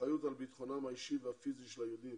האחריות על ביטחונם האישי והפיזי של היהודים